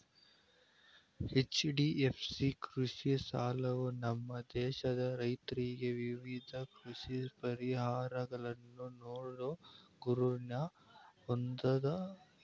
HDFC ಕೃಷಿ ಸಾಲವು ನಮ್ಮ ದೇಶದ ರೈತ್ರಿಗೆ ವಿವಿಧ ಕೃಷಿ ಪರಿಹಾರಗಳನ್ನು ನೀಡೋ ಗುರಿನ ಹೊಂದಯ್ತೆ